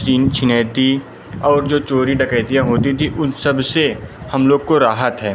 छीन छिनैती और जो चोरी डकैतियाँ होती थी उन सबसे हम लोग को राहत है